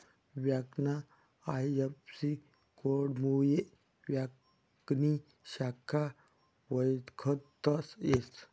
ब्यांकना आय.एफ.सी.कोडमुये ब्यांकनी शाखा वयखता येस